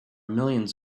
millions